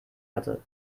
hatte